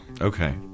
Okay